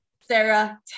Sarah